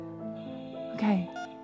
Okay